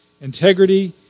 Integrity